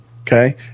Okay